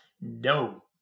no